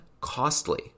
costly